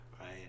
right